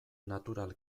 natural